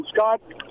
Scott